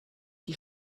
die